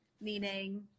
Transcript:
meaning